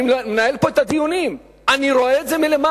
אני מנהל פה את הדיונים, אני רואה את זה מלמעלה.